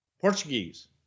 Portuguese